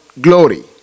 glory